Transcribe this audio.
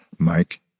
Mike